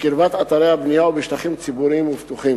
בקרבת אתרי הבנייה ובשטחים ציבוריים ופתוחים.